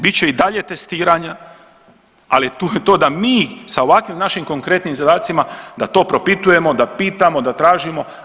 Bit će i dalje testiranja, ali to da mi sa ovakvim našim konkretnim zadacima da to propitujemo, da pitamo, da tražimo.